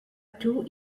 two